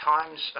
Times